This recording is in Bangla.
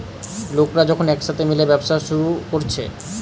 লোকরা যখন একসাথে মিলে ব্যবসা শুরু কোরছে